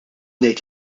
ngħid